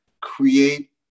create